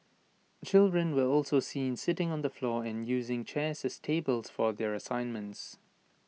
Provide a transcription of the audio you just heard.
children were also seen sitting on the floor and using chairs as tables for their assignments